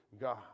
God